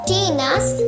Tina's